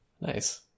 Nice